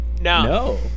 no